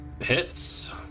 hits